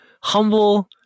humble